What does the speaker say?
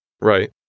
Right